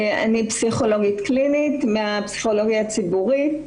אני פסיכולוגית קלינית מהפסיכולוגיה הציבורית.